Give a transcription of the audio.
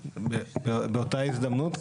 באותה הזדמנות,